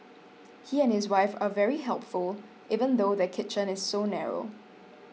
he and his wife are very helpful even though their kitchen is so narrow